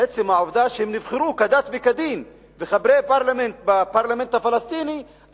עצם העובדה שהם נבחרו כדת וכדין והם חברי פרלמנט בפרלמנט הפלסטיני,